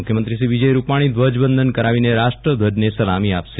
મુખ્યમંત્રી શ્રી વિજય રૂપાજી ધ્વજવંદન કરાવીને રાષ્ટ્રધ્વજને સલામી આપશે